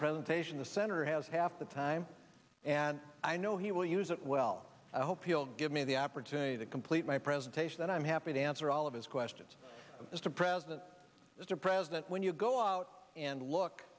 presentation the senator has half the time and i know he will use it well i hope he'll give me the opportunity to complete my presentation and i'm happy to answer all of his questions mr president mr president when you go out and look